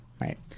right